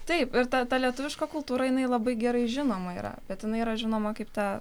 taip ir ta ta lietuviška kultūra jinai labai gerai žinoma yra bet jinai yra žinoma kaip ta